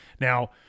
Now